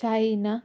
China